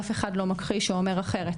אף אחד לא מכחיש או אומר אחרת.